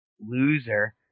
loser